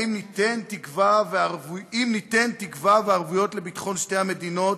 אם ניתן תקווה וערבויות לביטחון שתי המדינות,